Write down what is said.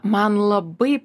man labai